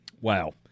Wow